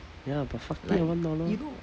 ya but fuck it ah one dollar